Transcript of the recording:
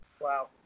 Wow